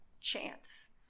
chance